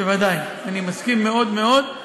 בוודאי, אני מסכים מאוד מאוד.